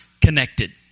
connected